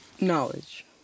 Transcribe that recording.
Knowledge